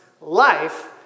life